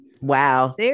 wow